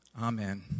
Amen